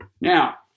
Now